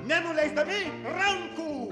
nenuleisdami rankų